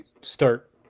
start